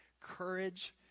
courage